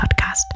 podcast